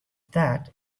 that